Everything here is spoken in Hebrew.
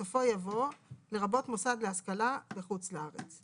בסופו יבוא "לרבות מוסד להשכלה בחוץ לארץ".